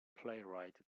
playwright